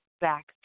back